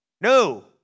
no